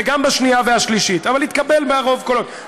וגם בשנייה והשלישית, אבל התקבל ברוב קולות.